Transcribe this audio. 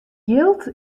jild